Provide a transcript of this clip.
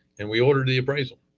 and we ordered the appraisal.